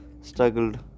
struggled